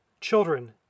Children